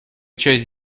часть